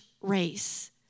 race